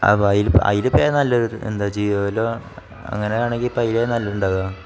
അപ്പം അതിൽ അതിലിപ്പം നല്ലൊരു എന്താ ജിയോലോ അങ്ങനെയാണെങ്കിൽ ഇപ്പം അതിൽ നല്ലത് ഉണ്ടാകുക